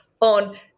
on